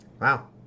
Wow